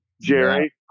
jerry